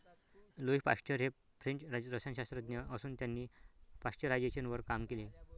Louis Pasteur हे French रसायनशास्त्रज्ञ असून त्यांनी पाश्चरायझेशनवर काम केले